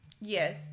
Yes